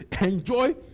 Enjoy